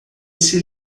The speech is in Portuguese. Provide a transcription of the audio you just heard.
esse